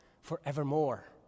forevermore